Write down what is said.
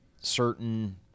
certain